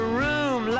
room